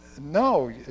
no